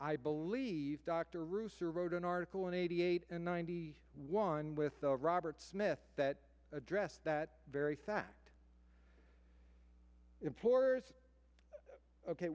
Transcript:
i believe dr rooster wrote an article in eighty eight and ninety one with the robert smith that addressed that very fact employers ok